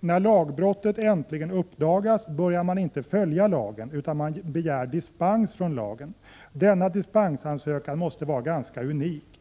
När lagbrottet äntligen uppdagats börjar man inte följa lagen, utan man begär dispens från lagen. Denna dispensansökan måste vara ganska unik.